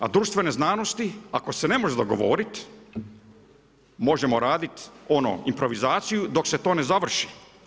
A društvene znanosti, ako se ne može dogovoriti, možemo raditi improvizaciju dok se to ne završi.